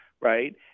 right